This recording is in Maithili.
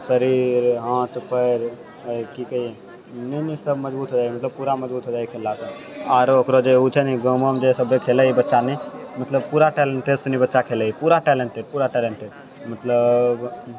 शरीर हाथ पैर की कही सब मजबूत हय मतलब पूरा मजबूत हो जाय खेलला सऽ आरो ओकरो जे ओ छै न गाँवो मे जे सब खेलय बच्चा मे मतलब पूरा टैलेन्ट सुनी बच्चा खेलय पूरा टैलेंटेड पूरा टैलेंटेड मतलब